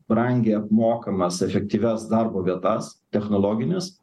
brangiai apmokamas efektyvias darbo vietas technologines